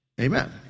Amen